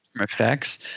effects